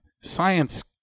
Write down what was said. Science